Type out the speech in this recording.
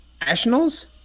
Nationals